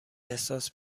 احساس